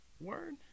Word